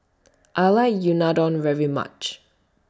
I like Unadon very much